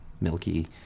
milky